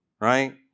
right